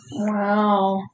Wow